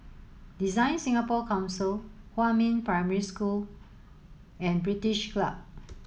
Design Singapore Council Huamin Primary School and British Club